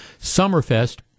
Summerfest